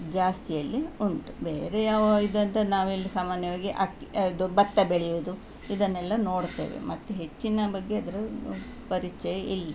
ಜಾಸ್ತಿಯಲ್ಲಿ ಉಂಟು ಬೇರೆ ಯಾವ ಇದಂತ ನಾವೆಲ್ಲ ಸಾಮಾನ್ಯವಾಗಿ ಅಕ್ಕಿ ಅದು ಭತ್ತ ಬೆಳೆಯುದು ಇದನ್ನೆಲ್ಲ ನೋಡ್ತೇವೆ ಮತ್ತು ಹೆಚ್ಚಿನ ಬಗ್ಗೆ ಅದರ ಪರಿಚಯ ಇಲ್ಲ